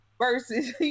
Versus